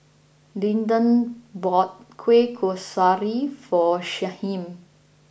Lyndon bought Kueh Kasturi for Shyheim